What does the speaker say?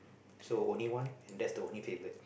so only one and that's the only favourite